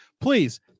please